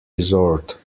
resort